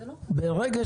ברגע